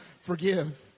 forgive